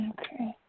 Okay